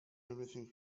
everything